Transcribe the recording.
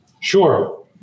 Sure